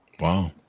Wow